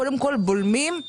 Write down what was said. קודם כול,